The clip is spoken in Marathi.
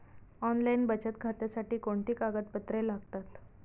ऑनलाईन बचत खात्यासाठी कोणती कागदपत्रे लागतात?